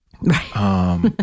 Right